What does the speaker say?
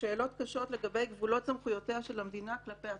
שאלות קשות לגבי גבולות סמכויותיה של המדינה כלפי הפרט.